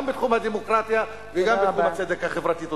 גם בתחום הדמוקרטיה וגם בתחום הצדק החברתי.